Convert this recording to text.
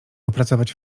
opracować